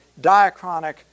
diachronic